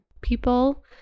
people